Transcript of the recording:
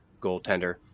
goaltender